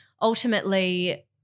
ultimately